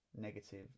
negative